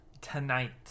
Tonight